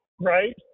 right